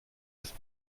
ist